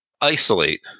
isolate